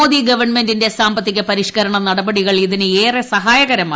മോദി ഗവൺമെന്റിന്റെ സാമ്പത്തിക പരിഷ്കരണ നടപടികൾ ഇതിന് ഏറെ സഹായകരമായി